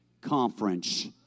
Conference